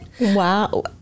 Wow